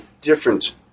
different